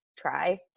try